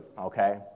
okay